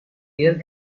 air